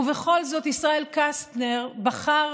ובכל זאת ישראל קסטנר בחר